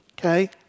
okay